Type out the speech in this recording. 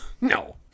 No